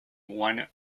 one